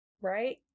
right